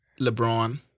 LeBron